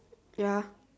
ya